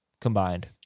combined